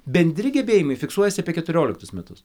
bendri gebėjimai fiksuojasi apie keturioliktus metus